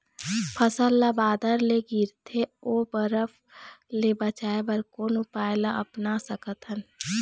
फसल ला बादर ले गिरथे ओ बरफ ले बचाए बर कोन उपाय ला अपना सकथन?